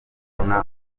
rwanda